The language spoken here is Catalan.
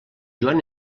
joan